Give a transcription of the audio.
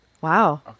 wow